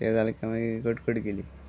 तें जालें की मागीर कटकट गेली